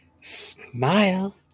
Smile